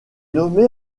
nommé